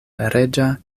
reĝa